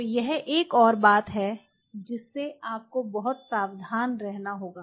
तो यह एक और बात है जिससे आपको बहुत सावधान रहना होगा